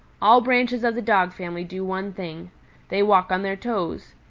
all branches of the dog family do one thing they walk on their toes.